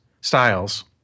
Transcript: styles